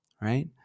right